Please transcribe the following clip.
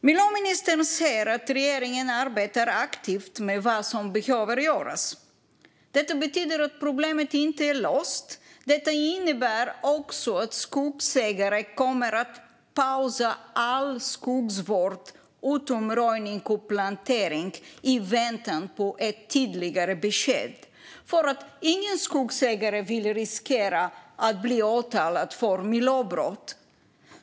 Miljöministern säger att regeringen arbetar aktivt med det som behöver göras. Detta betyder att problemet inte är löst. Detta innebär också att skogsägare kommer att pausa all skogsvård utom röjning och plantering i väntan på ett tydligare besked. Ingen skogsägare vill nämligen riskera att bli åtalad för miljöbrott.